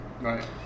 Right